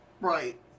right